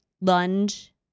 lunge